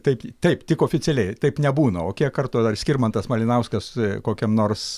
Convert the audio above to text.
taip taip tik oficialiai taip nebūna o kiek kartų dar skirmantas malinauskas kokiam nors